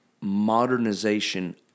modernization